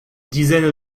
dizaines